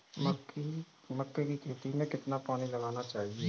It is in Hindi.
मक्के की खेती में कितना पानी लगाना चाहिए?